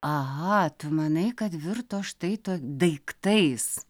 aha tu manai kad virto štai to daiktais